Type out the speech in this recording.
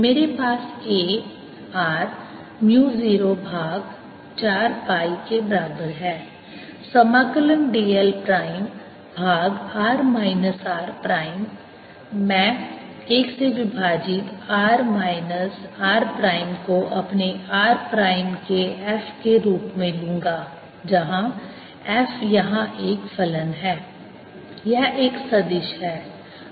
मेरे पास A r mu 0 भाग 4 पाई के बराबर है समाकलन dl प्राइम भाग r माइनस r प्राइम मैं 1 से विभाजित r माइनस r प्राइम को अपने r प्राइम के f के रूप में लूंगा जहाँ f यहां एक फलन है यह एक सदिश है